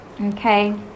Okay